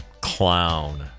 Clown